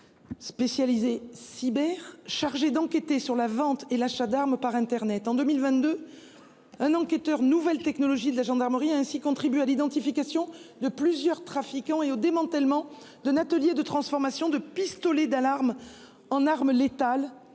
Spécialisé cyber chargée d'enquêter sur la vente et l'achat d'armes par Internet en 2022. Un enquêteur nouvelles technologies de la gendarmerie ainsi contribuer à l'identification de plusieurs trafiquants et au démantèlement d'un atelier de transformation de pistolet d'alarme en armes létales